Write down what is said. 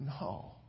No